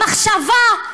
המחשבה,